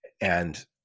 And-